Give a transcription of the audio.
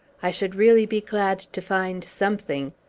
i should really be glad to find something!